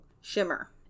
shimmer